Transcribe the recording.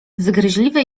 zgryźliwy